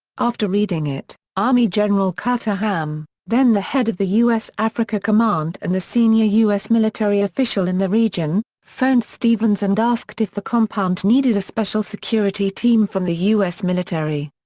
after reading it, army general carter ham, then the head of the u s. africa command and the senior u s. military official in the region, phoned stevens and asked if the compound needed a special security team from the u s. military.